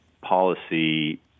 policy